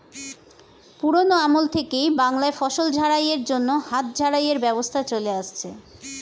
পুরোনো আমল থেকেই বাংলায় ফসল ঝাড়াই এর জন্য হাত ঝাড়াই এর ব্যবস্থা চলে আসছে